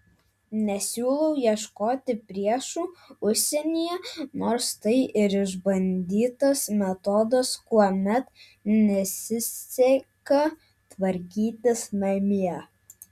nesiūlau ieškoti priešų užsienyje nors tai ir išbandytas metodas kuomet nesiseka tvarkytis namie